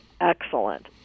excellent